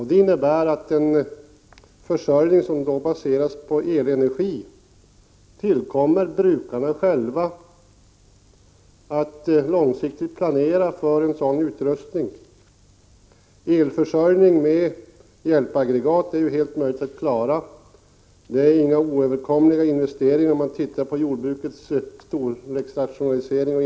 Det innebär att det tillkommer brukarna själva att när det gäller verksamhet som baseras på elenergi långsiktigt planera för den utrustning som behövs. Det är fullt möjligt att genom hjälpaggregat klara elförsörjningen.